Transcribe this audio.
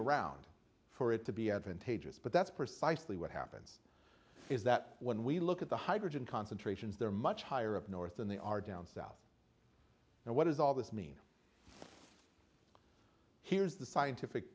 around for it to be advantageous but that's precisely what happens is that when we look at the hydrogen concentrations they're much higher up north than they are down south and what does all this mean here's the scientific